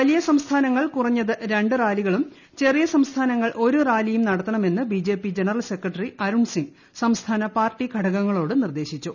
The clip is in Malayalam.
വലിയ സംസ്ഥാനങ്ങൾ കുറഞ്ഞത് രണ്ട് റാലികളും ചെറിയ സംസ്ഥാനങ്ങൾ ഒരു റാലിയും നടത്തണമെന്ന് BJP general secretary Arun Singh സംസ്ഥാന പാർട്ടി ഘടകങ്ങളോട് നിർദ്ദേശിച്ചു